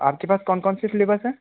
आपके पास कौन कौन से फ़्लेवर्स हैं